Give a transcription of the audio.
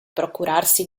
procurarsi